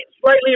slightly